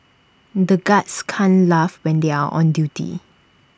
the guards can't laugh when they are on duty